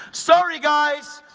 sorry, guys,